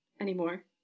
anymore